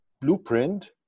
blueprint